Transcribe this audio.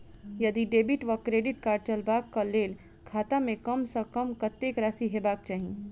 यदि डेबिट वा credit card चलबाक कऽ लेल खाता मे कम सऽ कम कत्तेक राशि हेबाक चाहि?